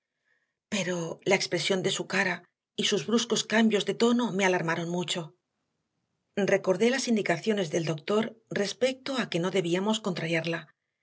pero la expresión de su cara y sus bruscos cambios de tono me alarmaron mucho recordé las indicaciones del doctor respecto a que no debíamos contrariarla